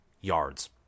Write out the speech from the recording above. yards